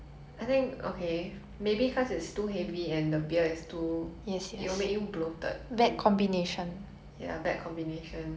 ya bad combination list of food items that we shouldn't eat before having alcohol let's go ramen